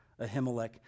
Ahimelech